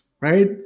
Right